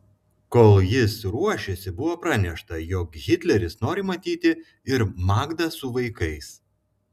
kol jis ruošėsi buvo pranešta jog hitleris nori matyti ir magdą su vaikais